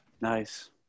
Nice